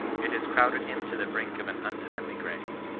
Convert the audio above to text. it has crowded him to the brink of an untimely grave.